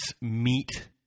meet